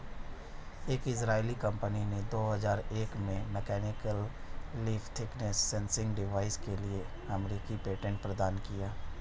एक Israeli company ने दो हजार एक में mechanical leaf thickness sensing device के लिए अमेरिकी पेटेंट प्रदान किया